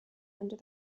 under